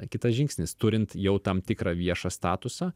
kitas žingsnis turint jau tam tikrą viešą statusą